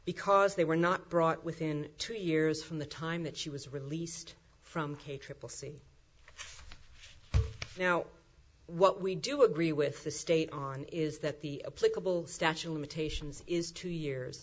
because they were not brought within two years from the time that she was released from k triple c now what we do agree with the state on is that the political statue of limitations is two years